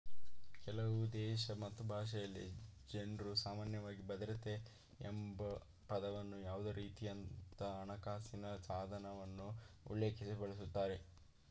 ಕೆಲವುದೇಶ ಮತ್ತು ಭಾಷೆಯಲ್ಲಿ ಜನ್ರುಸಾಮಾನ್ಯವಾಗಿ ಭದ್ರತೆ ಎಂಬಪದವನ್ನ ಯಾವುದೇರೀತಿಯಹಣಕಾಸಿನ ಸಾಧನವನ್ನ ಉಲ್ಲೇಖಿಸಲು ಬಳಸುತ್ತಾರೆ